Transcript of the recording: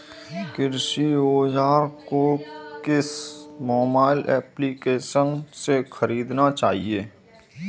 कृषि औज़ार को किस मोबाइल एप्पलीकेशन से ख़रीदना चाहिए?